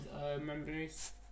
memories